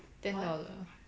ten dollar